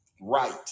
right